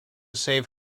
save